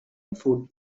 food